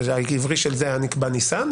העברי של זה היה נקבע ניסן,